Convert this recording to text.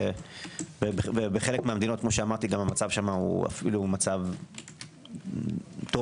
ובחלק מהמדינות המצב שם אפילו מצב טוב,